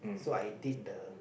so I did the